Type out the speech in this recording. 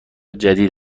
جدید